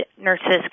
nurses